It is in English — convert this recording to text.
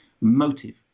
Motive